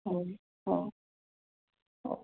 हो हो हो